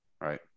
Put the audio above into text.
right